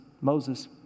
Moses